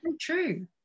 true